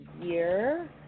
year